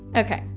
ok.